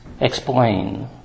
explain